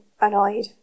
annoyed